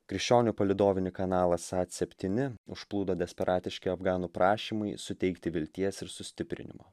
krikščionių palydovinį kanalą sat septyni užplūdo desperatiški afganų prašymai suteikti vilties ir sustiprinimo